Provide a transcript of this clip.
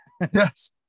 yes